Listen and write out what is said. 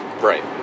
right